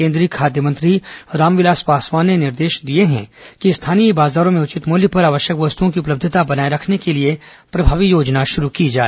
केंद्रीय खाद्य मंत्री रामविलास पासवान ने निर्देश दिया है कि स्थानीय बाजारों में उचित मूल्य पर आवश्यक वस्तुओं की उपलब्धता बनाए रखने के लिए प्रभावी योजना शुरू की जाए